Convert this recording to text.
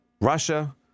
Russia